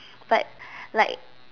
but like